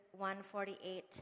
1.48